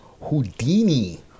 houdini